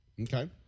Okay